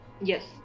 Yes